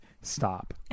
stop